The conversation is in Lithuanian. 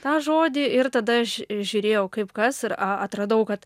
tą žodį ir tada aš žiūrėjau kaip kas ir a atradau kad